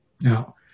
Now